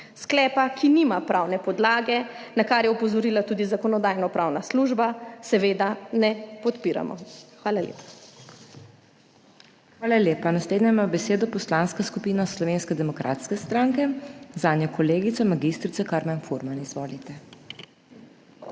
Sklepa, ki nima pravne podlage, na kar je opozorila tudi Zakonodajno-pravna služba, seveda ne podpiramo. Hvala lepa. PODPREDSEDNICA MAG. MEIRA HOT: Hvala lepa. Naslednja ima besedo Poslanska skupina Slovenske demokratske stranke, zanjo kolegica magistrica Karmen Furman. Izvolite.